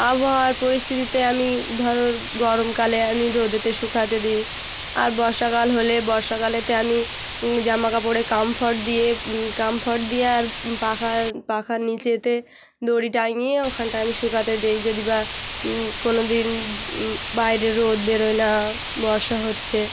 আবহাওয়ার পরিস্থিতিতে আমি ধরো গরমকালে আমি রোদেতে শুকাতে দিই আর বর্ষাকাল হলে বর্ষাকালেতে আমি জামা কাপড়ে কমফোর্ট দিয়ে কমফোর্ট দিয়ে আর পাখা পাখার নিচেতে দড়ি টাঙিয়ে ওখানটায় আমি শুকাতে দিই যদি বা কোনো দিন বাইরে রোদ বেরোয় না বর্ষা হচ্ছে